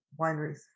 wineries